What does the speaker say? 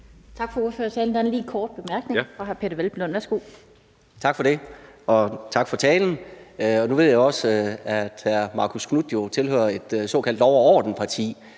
Tak for det, og tak for talen. Nu ved jeg også, at hr. Marcus Knuth jo tilhører et såkaldt lov og orden-parti,